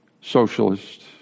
socialist